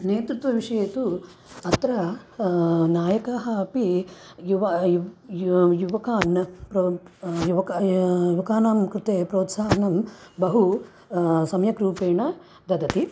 नेतृत्वविषये तु अत्र नायकाः अपि युव य् यु युवकान् प्र युवक युवकानां कृते प्रोत्साहनं बहु सम्यक् रूपेण ददति